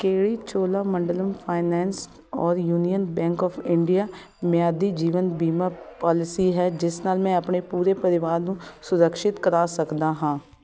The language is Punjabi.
ਕਿਹੜੀ ਚੋਲਾਮੰਡਲਮ ਫਾਈਨੈਂਸ ਔਰ ਯੂਨੀਅਨ ਬੈਂਕ ਆਫ ਇੰਡੀਆ ਮਿਆਦੀ ਜੀਵਨ ਬੀਮਾ ਪਾਲਿਸੀ ਹੈ ਜਿਸ ਨਾਲ ਮੈਂ ਆਪਣੇ ਪੂਰੇ ਪਰਿਵਾਰ ਨੂੰ ਸੁਰਿਕਸ਼ਿਤ ਕਰਾ ਸਕਦਾ ਹਾਂ